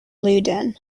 ludden